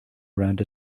around